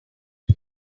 his